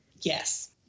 Yes